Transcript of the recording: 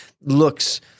looks